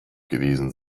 gewesen